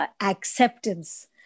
acceptance